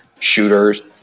shooters